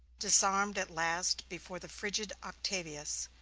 disarmed at last before the frigid octavius,